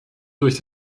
durch